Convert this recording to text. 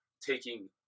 taking